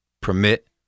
permit